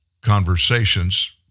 conversations